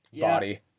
Body